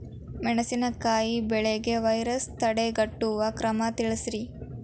ಮೆಣಸಿನಕಾಯಿ ಬೆಳೆಗೆ ವೈರಸ್ ತಡೆಗಟ್ಟುವ ಕ್ರಮ ತಿಳಸ್ರಿ